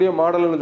model